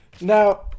Now